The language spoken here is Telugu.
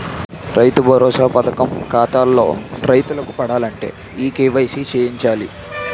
రైతు భరోసా పథకం ఖాతాల్లో రైతులకు పడాలంటే ఈ కేవైసీ చేయించాలి